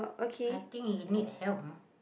I think he need help ah